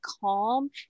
calm